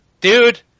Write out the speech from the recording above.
dude